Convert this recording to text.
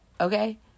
okay